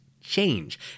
change